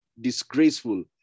disgraceful